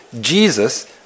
Jesus